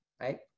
right